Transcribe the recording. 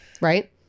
right